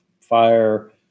fire